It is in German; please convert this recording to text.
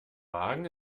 wagen